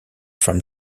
from